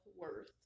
worth